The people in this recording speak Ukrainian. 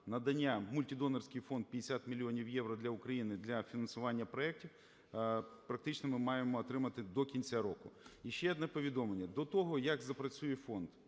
надання вМультидонорський фонд 50 мільйонів євро для України для фінансування проектів фактично ми маємо отримати до кінця року. І ще одне повідомлення. До того, як запрацює фонд,